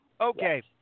okay